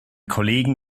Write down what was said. kollegen